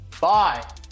Bye